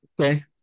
Okay